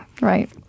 Right